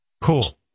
Cool